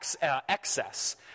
excess